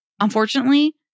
Unfortunately